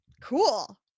Cool